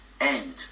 end